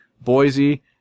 Boise